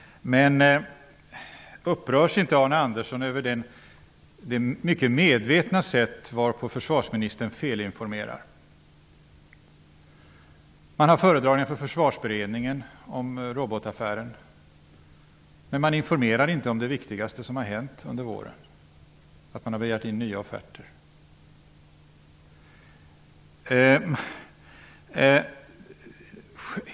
Upprörs inte Arne Andersson över det mycket medvetna sätt varpå försvarsministern felinformerar? Man har föredragningar för Försvarsberedningen om robotaffären, men man informerar inte om det viktigaste som har hänt under våren, att man har begärt in nya offerter.